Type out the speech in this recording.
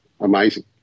amazing